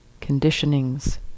conditionings